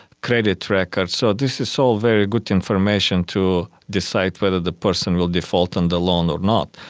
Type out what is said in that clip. credit records, so this is all very good information to decide whether the person will default on the loan or not.